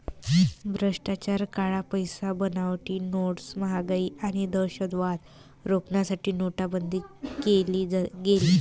भ्रष्टाचार, काळा पैसा, बनावटी नोट्स, महागाई आणि दहशतवाद रोखण्यासाठी नोटाबंदी केली गेली